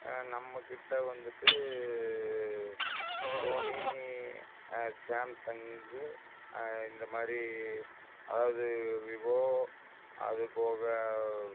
ஆ நம்மக்கிட்டே வந்துவிட்டு சோனி ஆ சாம்சங்கு ஆ இந்த மாதிரி அதாவது விவோ அதுபோக